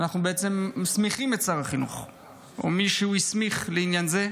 למעשה אנחנו מסמיכים את שר החינוך או מי שהוא הסמיך לעניין זה,